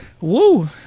Woo